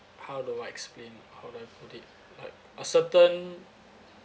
how do I explain hold on put it like a certain